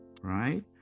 right